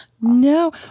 No